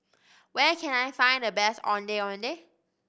where can I find the best Ondeh Ondeh